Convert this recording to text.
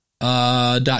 dot